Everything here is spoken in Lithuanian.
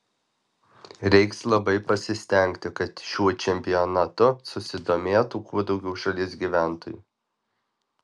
reiks labai pasistengti kad šiuo čempionatu susidomėtų kuo daugiau šalies gyventojų